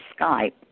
Skype